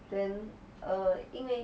then err 因为